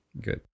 good